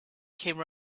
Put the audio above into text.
came